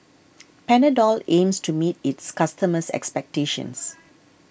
Panadol aims to meet its customers' expectations